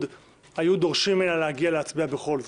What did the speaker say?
היו דורשים ממנה להגיע להצבעה בכל זאת,